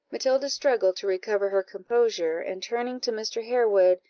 matilda struggled to recover her composure, and, turning to mr. harewood,